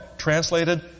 translated